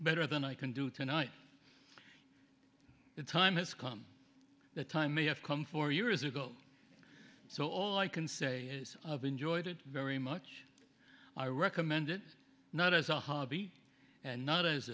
better than i can do tonight it's time has come that time may have come four years ago so all i can say is enjoyed it very much i recommend it not as a hobby and not as